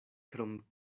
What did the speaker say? krom